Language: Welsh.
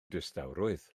distawrwydd